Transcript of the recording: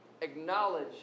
acknowledge